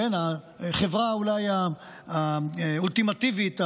החברה אולי האולטימטיבית,